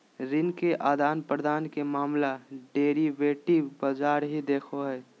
ऋण के आदान प्रदान के मामला डेरिवेटिव बाजार ही देखो हय